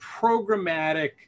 programmatic